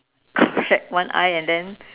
correct one eye and then